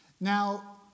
Now